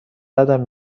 بدم